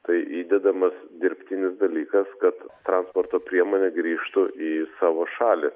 tai įdedamas dirbtinis dalykas kad transporto priemonė grįžtų į savo šalį